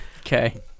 okay